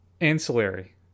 ancillary